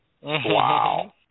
Wow